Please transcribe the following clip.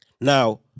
Now